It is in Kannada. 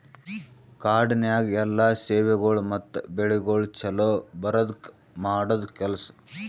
ಕಾಡನ್ಯಾಗ ಎಲ್ಲಾ ಸೇವೆಗೊಳ್ ಮತ್ತ ಬೆಳಿಗೊಳ್ ಛಲೋ ಬರದ್ಕ ಮಾಡದ್ ಕೆಲಸ